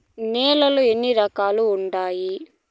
నేలలు ఎన్ని రకాలు వుండాయి?